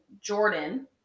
Jordan